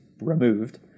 Removed